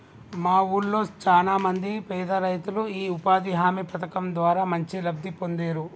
మా వూళ్ళో చానా మంది పేదరైతులు యీ ఉపాధి హామీ పథకం ద్వారా మంచి లబ్ధి పొందేరు